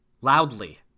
loudly